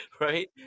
Right